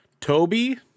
Toby